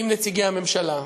עם נציגי הממשלה,